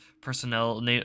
personnel